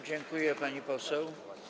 Dziękuję, pani poseł.